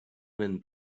man